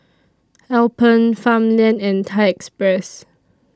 Alpen Farmland and Thai Express